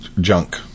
junk